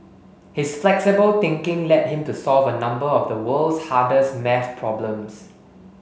his flexible thinking led him to solve a number of the world's hardest maths problems